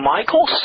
Michael